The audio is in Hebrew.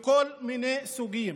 בכל מיני סוגים,